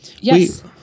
Yes